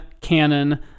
canon